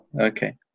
Okay